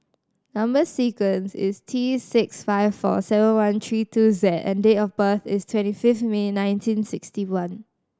number sequence is T six five four seven one three two Z and date of birth is twenty fifth May nineteen sixty one